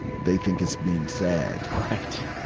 they think it's being sad. right.